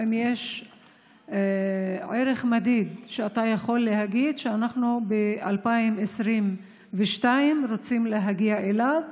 האם יש ערך מדיד שאתה יכול להגיד שאנחנו ב-2022 רוצים להגיע אליו